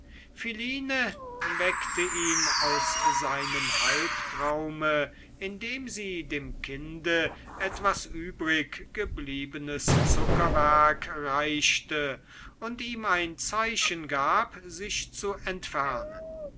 philine weckte ihn aus seinem halbtraume indem sie dem kinde etwas übriggebliebenes zuckerwerk reichte und ihm ein zeichen gab sich zu entfernen